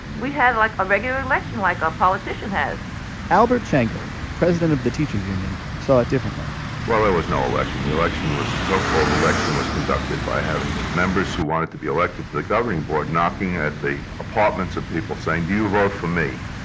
we had, like, a regular election like a politician has albert shanker, president of the teachers union, saw it differently well, there was no election. the election was so-called election was conducted by having members who wanted to be elected to the governing board knocking at the apartments of people, saying, do you vote for me?